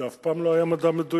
זה אף פעם לא היה מדע מדויק.